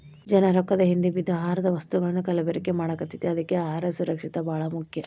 ಜನಾ ರೊಕ್ಕದ ಹಿಂದ ಬಿದ್ದ ಆಹಾರದ ವಸ್ತುಗಳನ್ನಾ ಕಲಬೆರಕೆ ಮಾಡಾಕತೈತಿ ಅದ್ಕೆ ಅಹಾರ ಸುರಕ್ಷಿತ ಬಾಳ ಮುಖ್ಯ